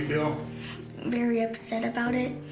you know very upset about it.